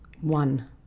one